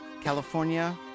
California